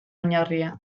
oinarria